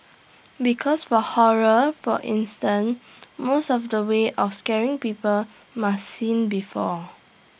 because for horror for instance most of the ways of scaring people must seen before